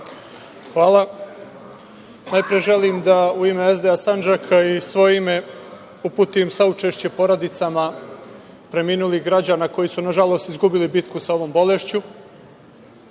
Hvala. Najpre, želim da u ime SDA Sandžaka i u svoje ime uputim saučešće porodicama preminulih građana koji su, nažalost, izgubili bitku sa ovom bolešću. Stranka